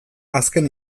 azken